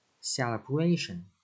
Celebration